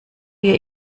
wir